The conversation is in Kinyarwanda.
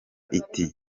iti